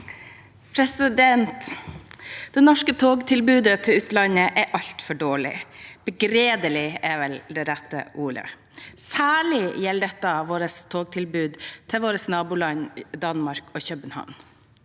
Det norske togtilbu- det til utlandet er altfor dårlig – «begredelig» er vel det rette ordet. Særlig gjelder dette togtilbudet til vårt naboland Danmark og København.